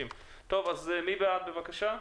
טוב, אז מי בעד, בבקשה?